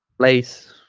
place